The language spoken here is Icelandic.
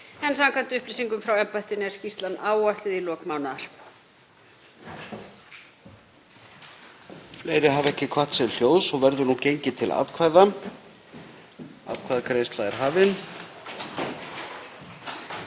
en samkvæmt upplýsingum frá embættinu er skýrslan áætluð í lok mánaðar.